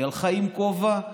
היא הלכה עם כובע,